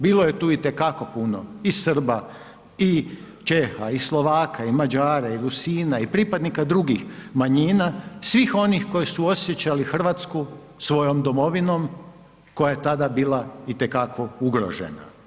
Bilo je tu itekako puno i Srba i Čeha, i Slovaka, i Mađara, i Rusina i pripadnika drugih manjina, svih onih koji su osjećali Hrvatsku svojom domovinom koja je tada bila itekako ugrožena.